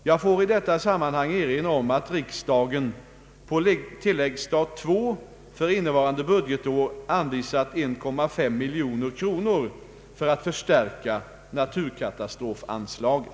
Jag får i detta sammanhang erinra om att riksdagen på tilläggsstat II för innevarande budgetår anvisat 1,5 miljoner kronor för att förstärka naturkatastrofanslaget.